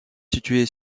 située